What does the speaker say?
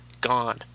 Gone